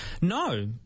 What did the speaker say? No